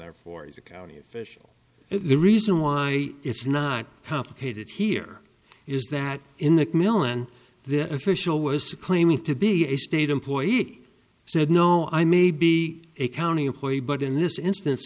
therefore he's a county official the reason why it's not complicated here is that in the millen this official was claiming to be a state employee he said no i may be a county employee but in this instance